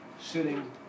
sitting